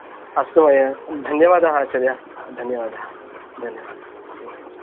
अस्तु मया धन्यवादः आचार्य धन्यवादः धन्यवादः